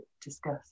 discuss